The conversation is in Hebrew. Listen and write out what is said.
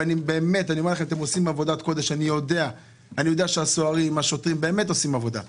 ואני אומר לכם שאני יודע שהסוהרים והשוטרים באמת עושים עבודת קודש,